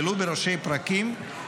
ולו בראשי פרקים,